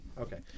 Okay